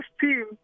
team